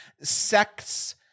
sects